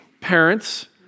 parents